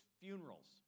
funerals